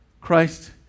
Christ